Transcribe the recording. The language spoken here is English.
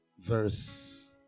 Verse